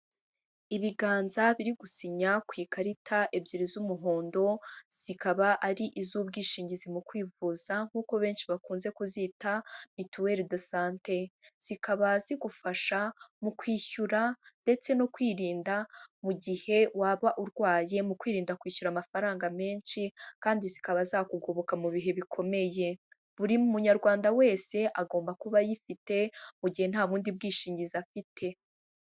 Ibiganza biri gusinya ku ikarita ebyiri z'umuhondo, zikaba ari iz'ubwishingizi mu kwivuza nk'uko benshi bakunze kuzita mituelle de sante, zikaba zigufasha mu kwishyura ndetse no kwirinda mu gihe waba urwaye mu kwirinda kwishyura amafaranga menshi, kandi zikaba zakugoboka mu bihe bikomeye, buri munyarwanda wese agomba kuba ayifite mu gihe nta bundi bwishingizi afite.